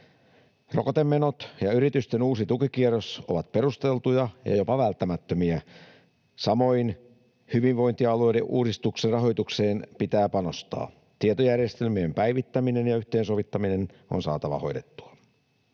Rokotemenot ja yritysten uusi tukikierros ovat perusteltuja ja jopa välttämättömiä. Samoin hyvinvointialueiden uudistuksen rahoitukseen pitää panostaa — tietojärjestelmien päivittäminen ja yhteensovittaminen on saatava hoidettua.